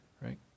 right